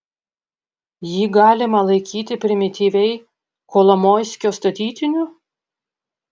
jį galima laikyti primityviai kolomoiskio statytiniu